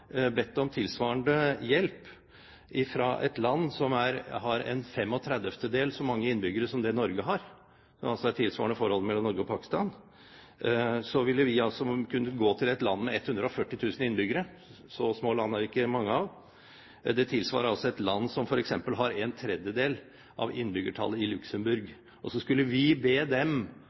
bedt om tilsvarende hjelp fra et land som har en trettifemtedel så mange innbyggere som det Norge har – som tilsvarer forholdet mellom Norge og Pakistan – ville vi kunne gå til et land med 140 000 innbyggere. Så små land er det ikke mange av. Det tilsvarer et land som f.eks. har en tredjedel av innbyggertallet i Luxembourg, og så skulle vi be dem